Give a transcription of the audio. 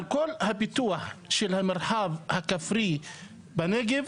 על כל הפיתוח של המרחב הכפרי בנגב,